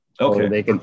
Okay